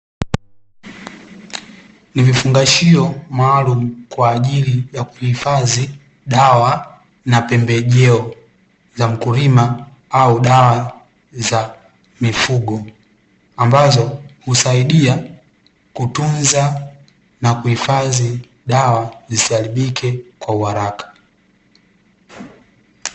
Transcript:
Vifungashio maalumu kwa ajili ya kuhifadhi dawa na pembejeo za mkulima, au dawa za mifugo, ambapo husaidia na kutunza dawa zisiaribike kwa uharaka.